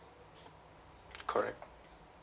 correct